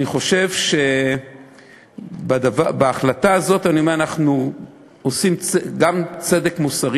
אני חושב שבהחלטה הזאת אנחנו עושים גם צדק מוסרי,